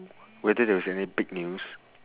whether there was any big news